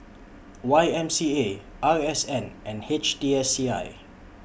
Y M C A R S N and H T S C I